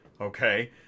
Okay